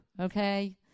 Okay